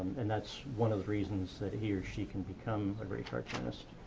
and that's one of the reasons that he or she can become a great cartoonist.